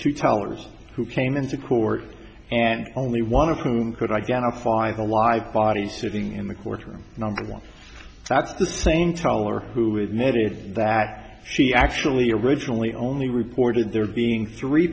two tellers who came into court and only one of whom could identify the live body sitting in the courtroom number one that's the same tyler who is netted that she actually originally only reported there being three